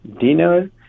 dinner